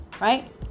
right